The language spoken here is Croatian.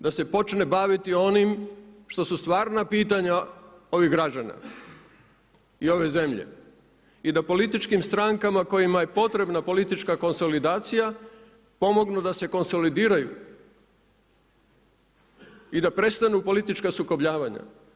Da se počne baviti onim što su stvarna pitanja ovih građana i ove zemlje i da političkim strankama kojima je potrebna politička konsolidacija pomognu da se konsolidiraju i da prestanu politička sukobljavanja.